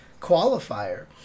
qualifier